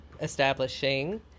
establishing